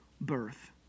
birth